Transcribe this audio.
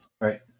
Right